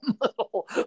little